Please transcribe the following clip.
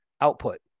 output